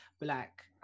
Black